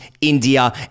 India